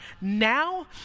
now